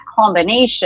combination